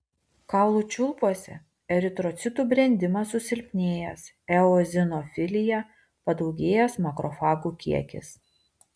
kaulų čiulpuose eritrocitų brendimas susilpnėjęs eozinofilija padaugėjęs makrofagų kiekis